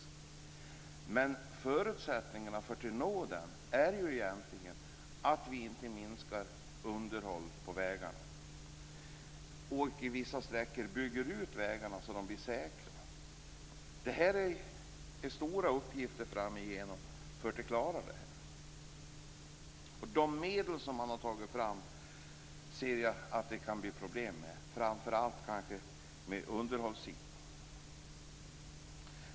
Men en förutsättning för att nå den är ju egentligen att vi inte minskar underhållet på vägarna och att vi på vissa sträckor bygger ut vägarna så att de blir säkra. Det är stora uppgifter framöver om vi skall klara det här. De medel som man har tagit fram ser jag att det kan bli problem med, framför allt kanske med tanke på underhållssidan.